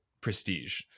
prestige